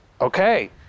okay